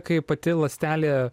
kaip pati ląstelė